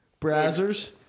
Brazzers